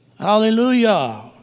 Hallelujah